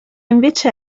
invece